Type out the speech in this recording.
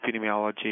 epidemiology